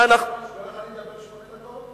כל אחד ידבר שמונה דקות.